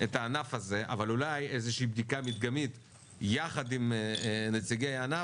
את הענף הזה אבל אולי איזו שהיא בדיקה מדגמית יחד עם נציגי הענף,